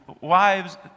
wives